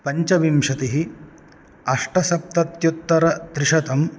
पञ्चविंशतिः अष्टसप्तत्युत्तरत्रिशतं